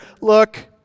look